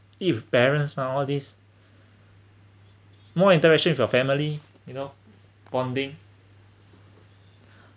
eat with parents now all these more interaction with your family you know bonding